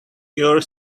your